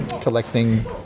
collecting